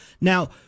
Now